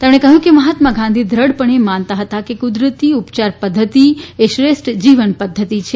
તેમણે કહ્યું કે મહાત્મા ગાંધી દૃઢ પણે માનતા હતા કે કુદરતી ઉપયાર પદ્વતિ એ શ્રેષ્ઠ જીવન પદ્વતિ છે